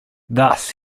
thus